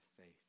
faith